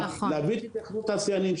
להביא את התאחדות התעשיינים,